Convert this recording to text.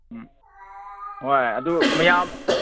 ꯎꯝ ꯍꯣꯏ ꯑꯗꯨ ꯃꯌꯥꯝ